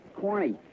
Corny